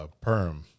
Perm